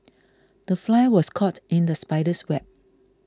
the fly was caught in the spider's web